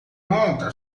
monta